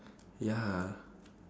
ya